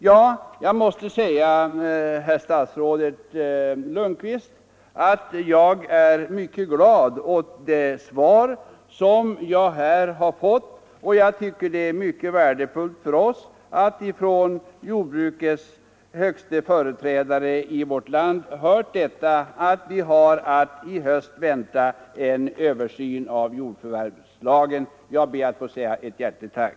Jag måste säga herr statsrådet Lundkvist att jag är mycket glad åt det svar som jag här har fått. Jag tycker det är värdefullt för oss att ifrån jordbrukets högste företrädare i vårt land ha hört att vi har att i höst vänta en översyn av jordförvärvslagen. Jag ber att få säga ett hjärtligt tack.